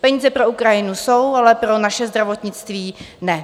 Peníze pro Ukrajinu jsou, ale pro naše zdravotnictví ne.